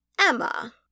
emma